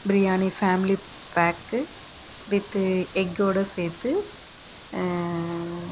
biryani family pack with எஃகோடு சேர்த்து